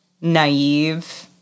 naive